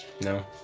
No